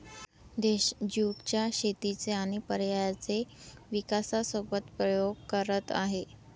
देश ज्युट च्या शेतीचे आणि पर्यायांचे विकासासोबत प्रयोग करत आहे